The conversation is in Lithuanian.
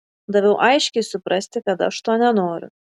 daviau aiškiai suprasti kad aš to nenoriu